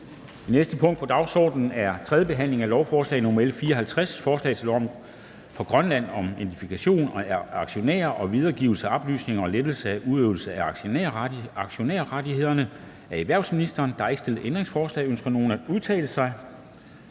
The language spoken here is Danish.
næste punkt på dagsordenen er: 5) 3. behandling af lovforslag nr. L 54: Forslag til lov for Grønland om identifikation af aktionærer, videregivelse af oplysninger og lettelse af udøvelsen af aktionærrettigheder. Af erhvervsministeren (Simon Kollerup). (Fremsættelse